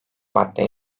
madde